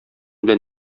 белән